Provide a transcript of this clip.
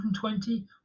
120